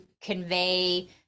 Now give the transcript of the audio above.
convey